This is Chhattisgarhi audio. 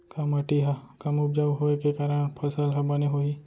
का माटी हा कम उपजाऊ होये के कारण फसल हा बने होही?